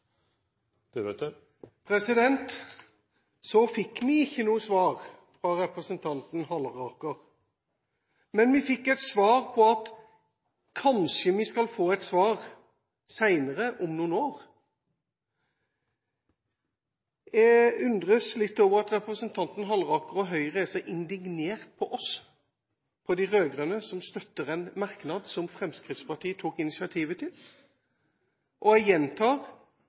Så fikk vi ikke noe svar fra representanten Halleraker. Men vi fikk et svar om at vi kanskje skal få et svar senere, om noen år. Jeg undres litt over at representanten Halleraker og Høyre er så indignert på oss – på de rød-grønne – som støtter en merknad som Fremskrittspartiet tok initiativet til. Og jeg gjentar: